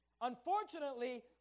Unfortunately